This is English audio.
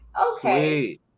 okay